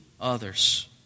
others